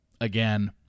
Again